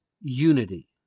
unity